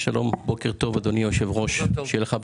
בוקר טוב, אדוני היושב-ראש, שיהיה לך בהצלחה.